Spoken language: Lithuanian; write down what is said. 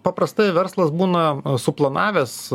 paprastai verslas būna suplanavęs